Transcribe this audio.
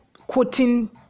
quoting